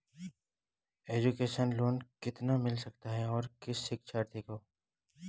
Education loan कितना मिल सकता है और किस शिक्षार्थी को?